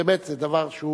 באמת זה דבר שהוא